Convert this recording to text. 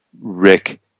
Rick